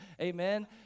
Amen